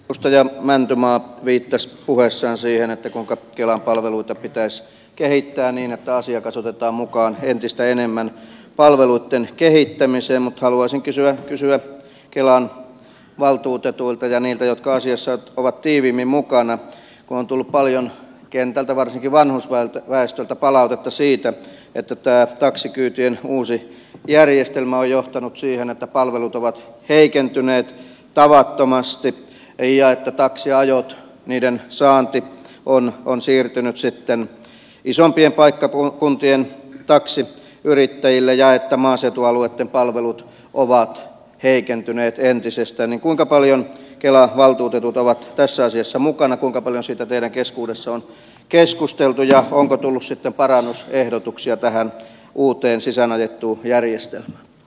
edustaja mäntymaa viittasi puheessaan siihen kuinka kelan palveluita pitäisi kehittää niin että asiakas otetaan mukaan entistä enemmän palveluitten kehittämiseen mutta haluaisin kysyä kelan valtuutetuilta ja niiltä jotka asiassa ovat tiiviimmin mukana kun on tullut paljon kentältä varsinkin vanhusväestöltä palautetta siitä että tämä taksikyytien uusi järjestelmä on johtanut siihen että palvelut ovat heikentyneet tavattomasti ja taksiajojen saanti on siirtynyt isompien paikkakuntien taksiyrittäjille ja maaseutualueitten palvelut ovat heikentyneet entisestään kuinka paljon kelan valtuutetut ovat tässä asiassa mukana kuinka paljon siitä teidän keskuudessanne on keskusteltu ja onko tullut parannusehdotuksia tähän uuteen sisäänajettuun järjestelmään